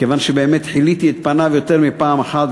כיוון שבאמת חיליתי את פניו יותר מפעם אחת,